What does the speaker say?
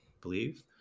believe